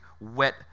wet